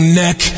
neck